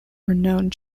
renowned